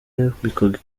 yambikwaga